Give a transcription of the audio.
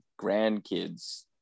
grandkids